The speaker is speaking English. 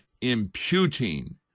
imputing